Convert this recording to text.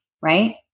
right